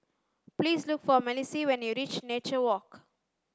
please look for Malissie when you reach Nature Walk